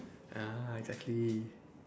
ah exactly